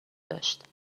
داشت